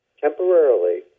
temporarily